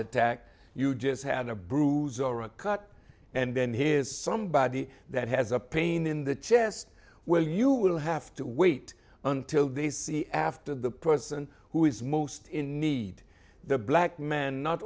attack you just had a bruise or a cut and then here's somebody that has a pain in the chest where you will have to wait until they see after the person who is most in need the black man not